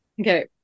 Okay